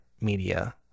media